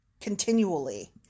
continually